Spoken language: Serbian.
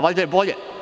Valjda je bolje.